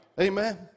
Amen